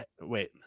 wait